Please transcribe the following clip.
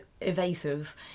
evasive